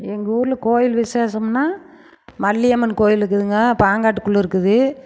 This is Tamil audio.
எங்கள் ஊரில் கோயில் விசேஷம்னா மல்லியம்மன் கோயில் இருக்குதுங்க பழங்காட்டுக்குள்ளே இருக்குது